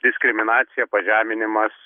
diskriminacija pažeminimas